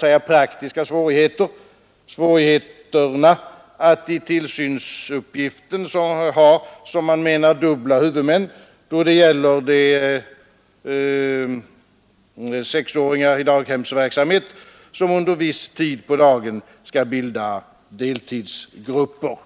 de praktiska svårigheterna att för tillsynsuppgiften ha, som man menar, dubbla huvudmän då det gäller de sexåringar i daghemsverksamhet som under viss tid på dagen skall bilda deltidsgrupper.